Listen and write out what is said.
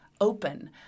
open